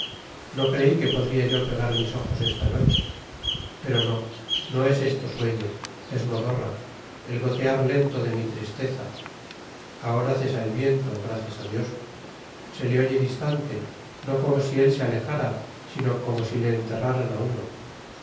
no creí que podría yo pegar mis ojos esta noche pero no no es esto sueño es modorra el gotear lento de mi tristeza ahora cesa el viento gracias a dios se le oye distante no como si él se alejara sino como si le enterraran a uno